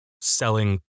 selling